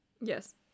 yes